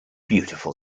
beautiful